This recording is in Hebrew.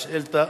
השאילתא,